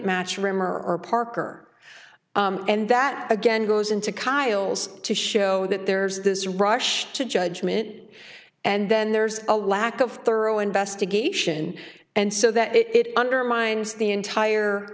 match rimmer or parker and that again goes into kyle's to show that there's this rush to judgment and then there's a lack of thorough investigation and so that it undermines the entire